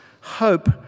hope